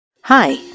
Hi